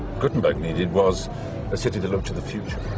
gutenberg needed was a city that looked to the future.